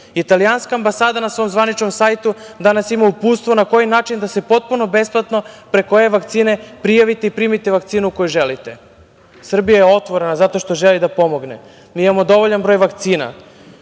Italijanska ambasada na svom zvaničnom sajtu danas ima uputstvo na koji način da se potpuno besplatno, preko e-vakcine prijavite i primite vakcinu koju želite. Srbija je otvorena zato što želi da pomogne. Mi imamo dovoljan broj vakcina.